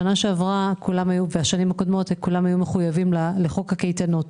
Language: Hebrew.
בשנה שעברה ובשנים הקודמות כולם היו מחויבים לחוק הקייטנות.